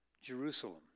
Jerusalem